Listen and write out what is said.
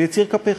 זה יציר כפיך,